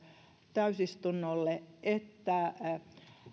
täysistunnolle että